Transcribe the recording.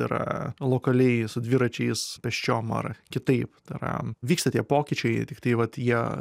yra lokaliai su dviračiais pėsčiom ar kitaip tai yra vyksta tie pokyčiai tiktai vat jie